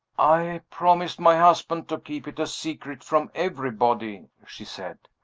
i promised my husband to keep it a secret from everybody, she said.